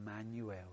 Emmanuel